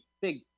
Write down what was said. big